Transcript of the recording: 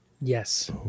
Yes